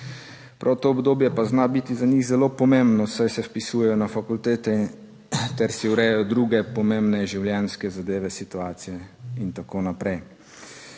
to obdobje pa zna biti za njih zelo pomembno, saj se vpisujejo na fakultete ter si urejajo druge pomembne življenjske zadeve, situacije in tako naprej.